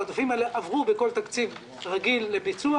העודפים האלה עברו בכל תקציב רגיל לביצוע.